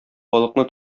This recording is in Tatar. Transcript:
балыкны